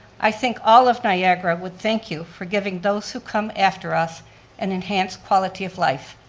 i think all of niagara would thank you for giving those who come after us an enhanced quality of life.